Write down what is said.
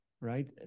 right